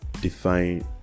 define